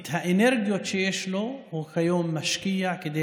את האנרגיות שיש לו הוא כיום משקיע כדי